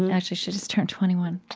actually, she just turned twenty one.